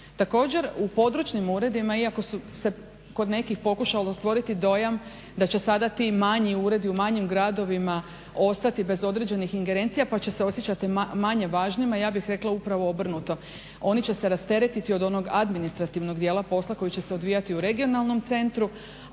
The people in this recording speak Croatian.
Također, u područnim uredima iako su se kod nekih pokušalo stvoriti dojam da će sada ti manji uredi u manjim gradovima ostati bez određenih ingerencija pa će se osjećati manje važnima ja bih rekla upravo obrnuto. Oni će se rasteretiti od onog administrativnog dijela posla koji će se odvijati u regionalnom centru,